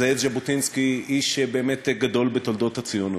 זאב ז'בוטינסקי, איש באמת גדול בתולדות הציונות: